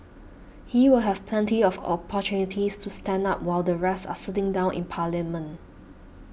he will have plenty of opportunities to stand up while the rest are sitting down in parliament